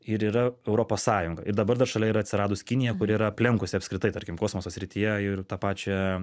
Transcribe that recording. ir yra europos sąjunga ir dabar dar šalia yra atsiradus kinija kuri yra aplenkusi apskritai tarkim kosmoso srityje ir tą pačią